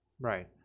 Right